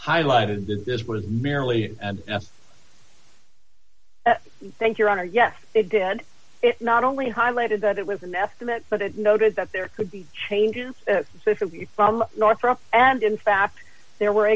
highlighted that this was merely an thank your honor yes they did it not only highlighted that it was an estimate but it noted that there could be changes from northrop and in fact there were